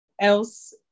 else